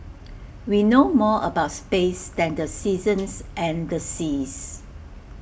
we know more about space than the seasons and the seas